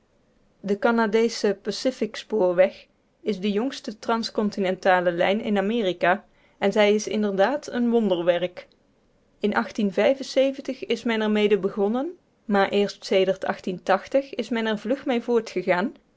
de canadasche pacific spoorweg is de jongste trans continentale lijn in amerika en zij is inderdaad een wonderwerk in is men ermede begonnen maar eerst is men er vlug mee voortgegaan